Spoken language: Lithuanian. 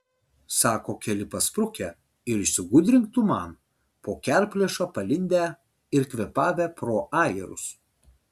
sako keli pasprukę ir išsigudrink tu man po kerplėša palindę ir kvėpavę pro ajerus